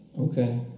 Okay